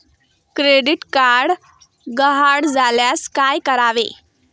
Credit card गहाळ झाल्यास काय करावे?